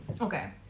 Okay